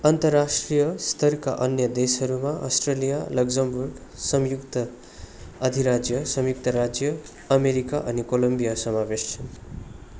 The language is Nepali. अन्तर्राष्ट्रिय स्तरका अन्य देशहरूमा अस्ट्रेलिया लक्जमबर्ग संयुक्त अधिराज्य संयुक्त राज्य अमेरिका अनि कोलम्बिया समावेश छन्